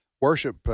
worship